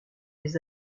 des